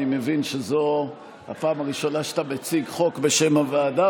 אני מבין שזו הפעם הראשונה שאתה מציג חוק בשם הוועדה,